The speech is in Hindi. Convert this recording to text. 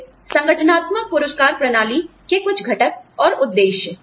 फिर संगठनात्मक पुरस्कार प्रणाली के कुछ घटक और उद्देश्य